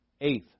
Eighth